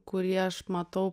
kurį aš matau